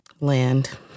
Land